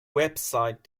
website